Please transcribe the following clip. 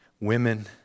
women